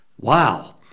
wow